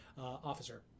officer